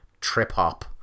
trip-hop